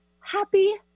Happy